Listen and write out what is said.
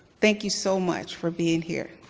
thank you so much for being here.